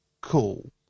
Cool